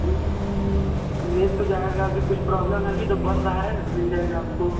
जी मिल तो जाएगा अभी कुछ प्रॉब्लम है अभी तो बन रहा है मिल जाएगा आपको